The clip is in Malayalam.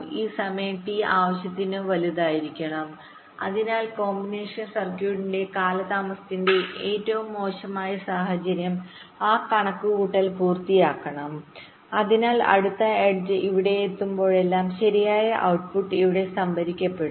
ഈ സമയം ടി ആവശ്യത്തിന് വലുതായിരിക്കണം അതിനാൽ കോമ്പിനേഷൻ സർക്യൂട്ടിന്റെ കാലതാമസത്തിന്റെ ഏറ്റവും മോശമായ സാഹചര്യം ആ കണക്കുകൂട്ടൽ പൂർത്തിയാക്കണം അതിനാൽ അടുത്ത എഡ്ജ് ഇവിടെ എത്തുമ്പോഴെല്ലാം ശരിയായ ഔട്ട്പുട് ഇവിടെ സംഭരിക്കപ്പെടും